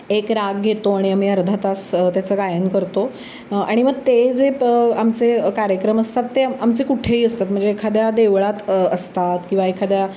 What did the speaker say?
एक राग घेतो आणि आम्ही अर्धा तास त्याचं गायन करतो आणि मग ते जे प आमचे कार्यक्रम असतात ते आमचे कुठेही असतात म्हणजे एखाद्या देवळात असतात किंवा एखाद्या